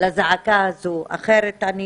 לזעקה הזו, אחרת אני